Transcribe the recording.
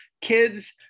kids